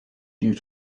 due